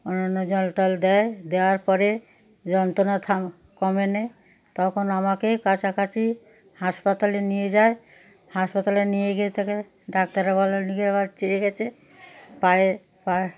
অন্য অন্য জল টল দেয় দেওয়ার পরে যন্ত্রণা থাম কমেনি তখন আমাকে কাছাকাছি হাসপাতালে নিয়ে যায় হাসপাতালে নিয়ে গিয়ে তাকে ডাক্তাররা বলে নিয়ে গিয়ে আবার চিরে গিয়েছে পায়ে পা